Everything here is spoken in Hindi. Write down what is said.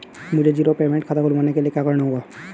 मुझे जीरो पेमेंट खाता खुलवाने के लिए क्या करना होगा?